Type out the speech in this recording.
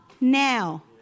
now